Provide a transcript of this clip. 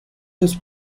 los